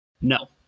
no